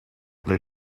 they